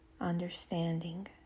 understanding